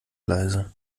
leiser